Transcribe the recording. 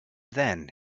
then